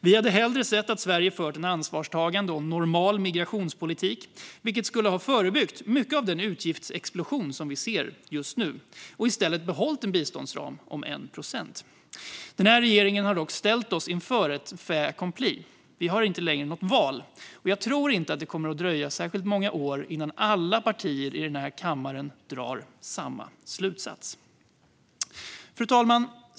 Vi hade hellre sett att Sverige fört en ansvarstagande och normal migrationspolitik, vilket skulle ha förebyggt mycket av den utgiftsexplosion som vi ser just nu, och i stället behållit en biståndsram om 1 procent. Regeringen har dock ställt oss inför fait accompli. Vi har inte längre något val, och jag tror inte att det kommer dröja särskilt många år innan alla partier i denna kammare drar samma slutsats. Fru talman!